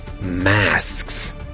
masks